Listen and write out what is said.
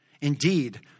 Indeed